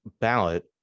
ballot